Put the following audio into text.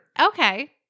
Okay